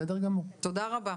תודה רבה.